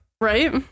Right